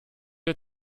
der